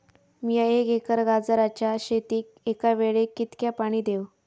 मीया एक एकर गाजराच्या शेतीक एका वेळेक कितक्या पाणी देव?